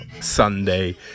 Sunday